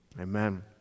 Amen